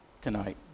tonight